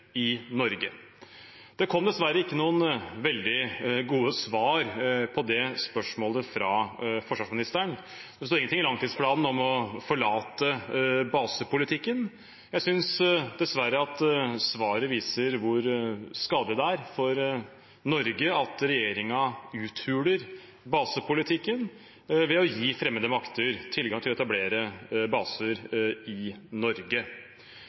i Norge. Det kom dessverre ikke noen veldig gode svar på det spørsmålet fra forsvarsministeren. Det står ingenting i langtidsplanen om å forlate basepolitikken. Jeg synes dessverre at svaret viser hvor skadelig det er for Norge at regjeringen uthuler basepolitikken ved å gi fremmede makter tilgang til å etablere baser i Norge.